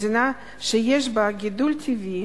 מדינה שיש בה גידול טבעי